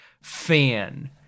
fan